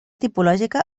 tipològica